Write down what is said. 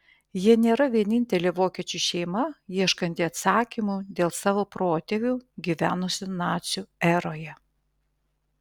jie nėra vienintelė vokiečių šeima ieškanti atsakymų dėl savo protėvių gyvenusių nacių eroje